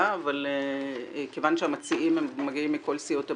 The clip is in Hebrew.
אבל כיוון שהמציעים מגיעים מכל סיעות הבית,